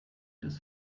des